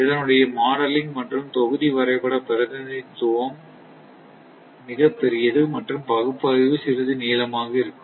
இதனுடைய மாடலிங் மற்றும் தொகுதி வரைபட பிரதிநிதித்துவம் மிகப் பெரியது மற்றும் பகுப்பாய்வு சிறிது நீளமாக இருக்கும்